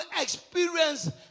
experience